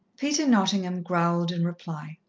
peter nottingham growled in reply.